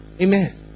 Amen